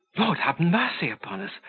lord have mercy upon us!